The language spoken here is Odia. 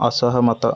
ଅସହମତ